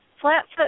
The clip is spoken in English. Flatfoot